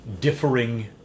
differing